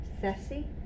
Sassy